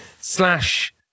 slash